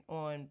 on